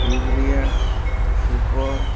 urea super